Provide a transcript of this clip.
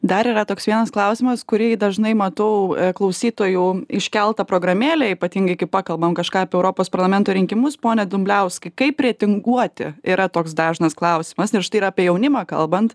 dar yra toks vienas klausimas kurį dažnai matau klausytojų iškeltą programėlėj ypatingai kai pakalbam kažką apie europos parlamento rinkimus pone dumbliauskai kaip retinguoti yra toks dažnas klausimas nes štai yra apie jaunimą kalbant